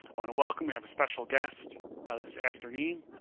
i want to welcome. you have a special guest this afternoon.